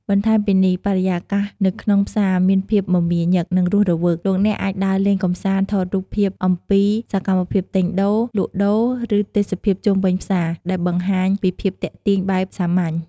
បន្ថែមពីនេះបរិយាកាសនៅក្នុងផ្សារមានភាពមមាញឹក និងរស់រវើក លោកអ្នកអាចដើរលេងកម្សាន្តថតរូបភាពអំពីសកម្មភាពទិញដូរ លក់ដូរ ឬទេសភាពជុំវិញផ្សារ ដែលបង្ហាញពីភាពទាក់ទាញបែបសាមញ្ញ។